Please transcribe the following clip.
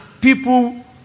people